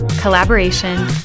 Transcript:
collaboration